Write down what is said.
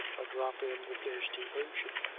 a drop in the thirsty ocean.